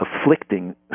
afflicting